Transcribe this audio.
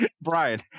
brian